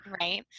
right